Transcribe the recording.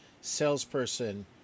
salesperson